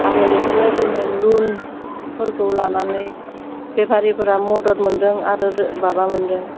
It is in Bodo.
आरो बेफोरबायदिनो लुनफोरखौ लानानै बेफारिफोरा मदद मोन्दों आरो रो माबा मोन्दों